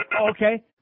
Okay